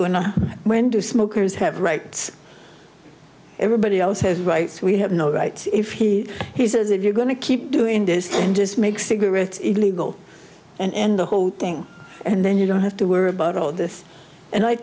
to when do smokers have rights everybody else has rights we have no right if he he says if you're going to keep doing this just make cigarettes illegal and the whole thing and then you don't have to worry about all this and i